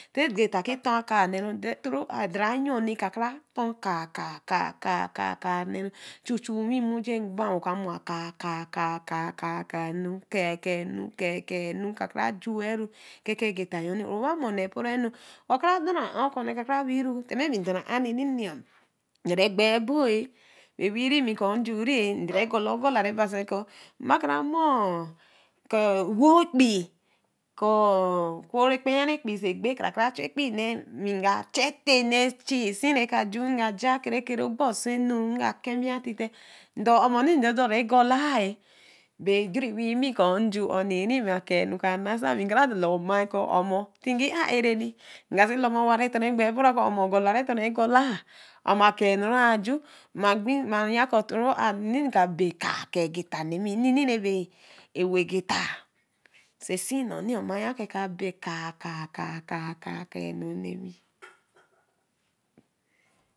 N'te agita kẽ ton akaa nee thro out deri-yoni ka kra ton akaa akaa kaa kaa kaa kaa nee chuchu-a we mmorji ɛbaa oka mo akaa ka ka ka ka ka enu ka ka enu ka kra jũu-ɛh keke agita-yoni roba mo nnee poro ɛnu oka kra dora-ɛh okɔ̃ne kra kra wii-ɛh ti ma be ndora ãa nnerina ndorã ɛgbaa ɛbo-ɛbo-ɛh be wii-ɛh me ku njuu ndori a golagola rebasi kɔ̃ mba kra mo ksa wo ɛkpii kɔ̃ kru re ɛkpen-ɛh ɛkpii oso ɛgbe ka kra chu ɛkpii nee me ka cha-ɛte nee ɛchi sii reka ju we cha ɛkerekerii ogbosi ɛnu we ka kehbii titee ndor omoni ndora ɛgola-ɛh be ju-ɛh loi me kɔ̃ nju onini ma akaanu ka naasa be kra dala omai-ɛh kɔ̃ owamo ti ngi ‘aẽ ar-ɛh nga si lama owa re ton-ɛh ɛgbaa ɛbo-ɛh kɔ̃ wa mo ogola re ton-ɛh be agola owa mo aka ɛnu reb ju ma gbi ma yaa kɔ̃ thro out nnene ka be akaa kaa gita nee mi nnene rebe ɛro agita oso ɛsii none-ɛh ma yah kɔ̃ ɛka be ka ka ka ka ka ɛnu nemi